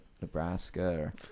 Nebraska